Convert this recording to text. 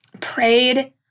prayed